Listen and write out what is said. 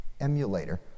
emulator